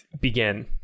Begin